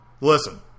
Listen